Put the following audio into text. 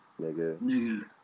nigga